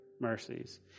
mercies